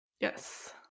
Yes